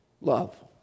love